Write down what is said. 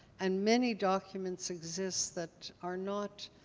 and many documents exist that are not